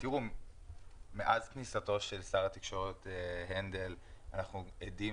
מאז כניסתו של שר התקשורת הנדל אנחנו עדים